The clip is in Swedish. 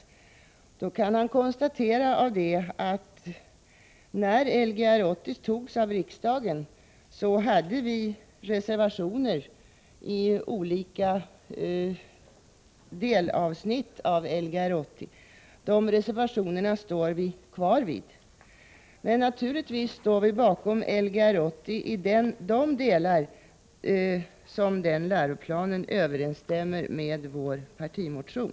Han kan då konstatera att vi, när Lgr 80 antogs av riksdagen, hade reservationer i olika delavsnitt. Dessa reservationer står vi fast vid. Men naturligtvis står vi bakom Lgr 80 i de delar som denna läroplan överensstämmer med vår partimotion.